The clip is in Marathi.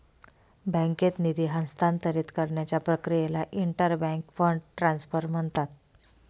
बँकेत निधी हस्तांतरित करण्याच्या प्रक्रियेला इंटर बँक फंड ट्रान्सफर म्हणतात